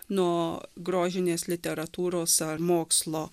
nuo grožinės literatūros ar mokslo